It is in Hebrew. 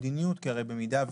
היום 7 במרץ 2022, ד' באדר ב'